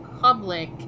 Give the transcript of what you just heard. public